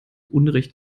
unrecht